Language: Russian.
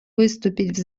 выступить